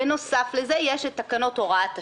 בנוסף לזה יש את תקנות הוראת השעה,